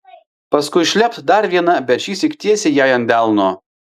paskui šlept dar viena bet šįsyk tiesiai jai ant delno